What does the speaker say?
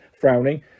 frowning